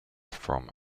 from